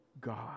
God